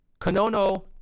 Konono